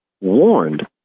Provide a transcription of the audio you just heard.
warned